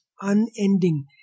unending